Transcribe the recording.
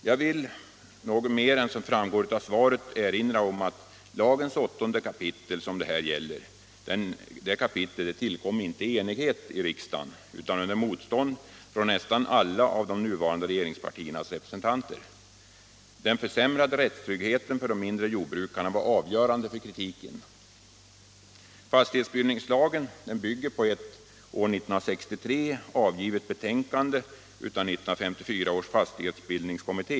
Jag vill något mer än som framgår av svaret erinra om att lagens 8 kap. som det här gäller icke tillkom i enighet i riksdagen utan under 105 motstånd från nästan alla av de nuvarande regeringspartiernas representanter. Den försämrade rättstryggheten för de mindre jordbrukarna var avgörande för kritiken. Fastighetsbildningslagen bygger på ett år 1963 avgivet betänkande av 1954 års fastighetsbildningskommitté.